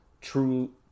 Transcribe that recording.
true